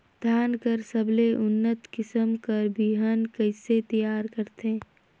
धान कर सबले उन्नत किसम कर बिहान कइसे तियार करथे?